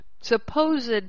supposed